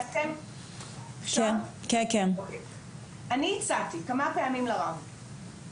אני הצעתי כמה פעמים לרב,